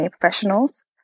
professionals